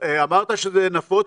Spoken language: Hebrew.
אמרת שזה נפוץ,